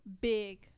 big